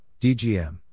Dgm